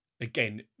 again